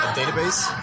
database